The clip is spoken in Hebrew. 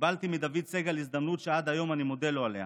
קיבלתי מדוד סגל הזדמנות שעד היום אני מודה לו עליה,